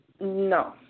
No